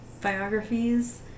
biographies